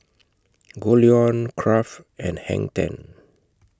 Goldlion Kraft and Hang ten